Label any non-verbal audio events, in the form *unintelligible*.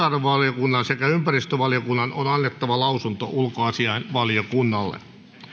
*unintelligible* arvovaliokunnan sekä ympäristövaliokunnan on annettava lausunto ulkoasiainvaliokunnalle